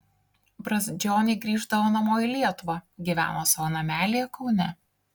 brazdžioniai grįždavo namo į lietuvą gyveno savo namelyje kaune